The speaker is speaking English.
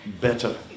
better